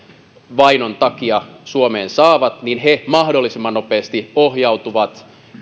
vainon takia saavat mahdollisimman nopeasti ohjautuvat